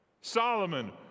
Solomon